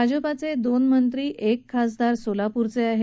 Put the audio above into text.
भाजपाचे दोन मंत्री एक खासदार सोलापूरचे आहेत